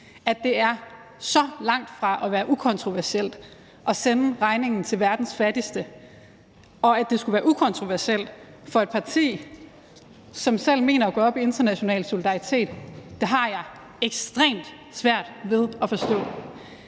at det er så langt fra at være ukontroversielt at sende regningen til verdens fattigste, og at det skulle være ukontroversielt for et parti, som selv mener at gå op i international solidaritet, har jeg ekstremt svært ved at forstå.